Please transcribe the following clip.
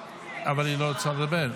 --- אבל היא לא רוצה לדבר.